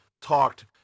talked